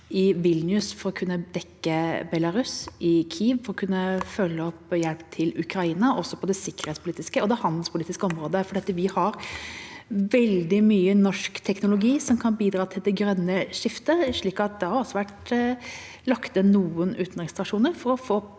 i Vilnius, for å kunne dekke Belarus, og i Kyiv, for å kunne følge opp hjelp til Ukraina og også på det sikkerhetspolitiske og handelspolitiske området. Vi har veldig mye norsk teknologi som kan bidra til det grønne skiftet. Det har også vært lagt ned noen utenriksstasjoner for å få